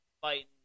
fighting